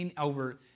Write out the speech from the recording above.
over